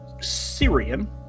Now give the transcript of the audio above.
Syrian